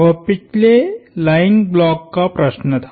वह पिछले lying block का प्रश्न था